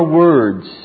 words